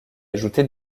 ajouter